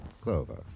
Clover